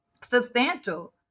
substantial